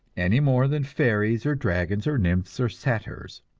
any more than fairies or dragons or nymphs or satyrs.